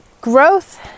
Growth